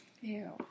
Ew